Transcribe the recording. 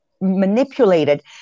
manipulated